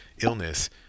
illness